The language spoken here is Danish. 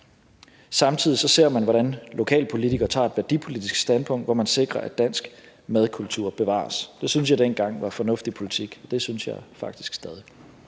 Samtidig ser man, hvordan lokalpolitikere tager et værdipolitisk standpunkt, så man sikrer, at dansk madkultur bevares. Det syntes jeg dengang var fornuftig politik, og det synes jeg faktisk stadig.